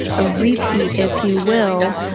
a repeat if you will,